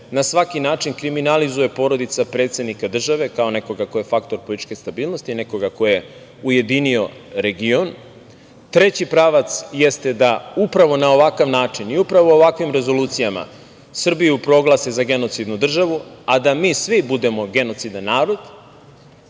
na svaki način kriminalizuje porodica predsednika države, kao nekoga ko je faktor političke stabilnosti, nekog ko je ujedinio region. Treći pravac, jeste da upravo na ovakav način i upravo ovakvim rezolucijama Srbiju proglase za genocidnu državu, a da mi svi budemo genocidan narod